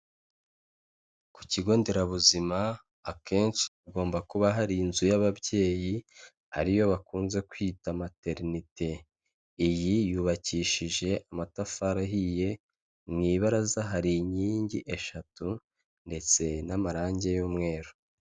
Ku kigo nderabuzima akenshi hagomba kuba hari inzu y'ababyeyi, ari yo bakunze kwita materineti. Iyi yubakishije amatafari ahiye, mu ibaraza hari inkingi eshatu ndetse n'amarangi y'umweru.